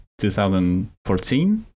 2014